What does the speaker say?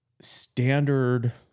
standard